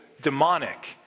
demonic